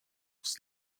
was